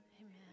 Amen